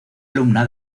alumna